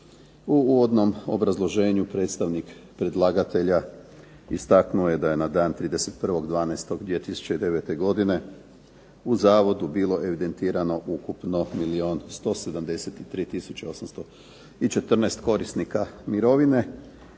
U uvodnom obrazloženju predstavnik predlagatelja istaknuo je da je na dan 31.12.1009. godine u zavodu bilo evidentirano ukupno milijun 173 tisuće 814 korisnika mirovine,